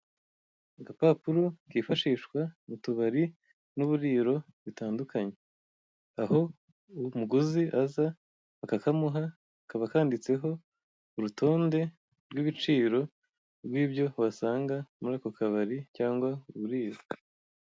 Agapapuro kifashishwa mutubari, n'uburiro butandukanye aho umuguzi aza bakakamuha kabakanditseho urutonde rw'ibiciro n'ibyo wasanga muri ako kabari cyangwa muri ifuka.